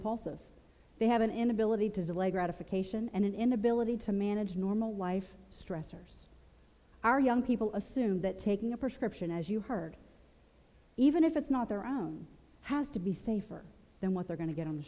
impulsive they have an inability to delay gratification and an inability to manage normal life stressors our young people assume that taking a prescription as you heard even if it's not their own house to be safer than what they're going to get on the